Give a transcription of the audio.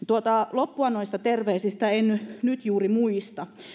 loppua noista terveisistä en nyt juuri muista